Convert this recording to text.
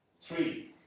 Three